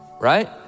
Right